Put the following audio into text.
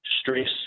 stress